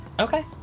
Okay